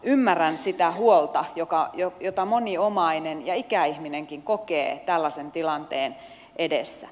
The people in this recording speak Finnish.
ymmärrän sen huolen jota moni omainen ja ikäihminenkin kokee tällaisen tilanteen edessä